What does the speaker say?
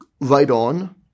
right-on